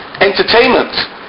Entertainment